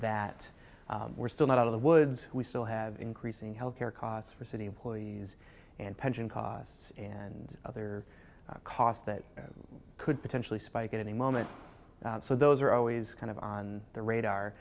that we're still not out of the woods we still have increasing health care costs for city employees and pension costs and other costs that could potentially spike at any moment so those are always kind of on the radar